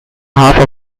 half